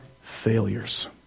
failures